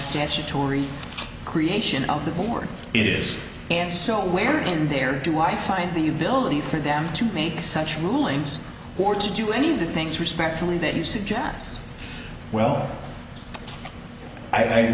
statutory creation of the board it is and so we're in there do i find that you believe for them to make such rulings or to do any of the things respectfully that you suggest well i